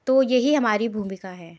तो यही हमारी भूमिका है